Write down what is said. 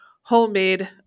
homemade